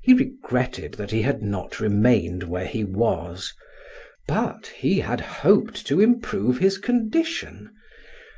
he regretted that he had not remained where he was but he had hoped to improve his condition